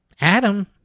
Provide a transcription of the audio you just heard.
Adam